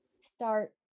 start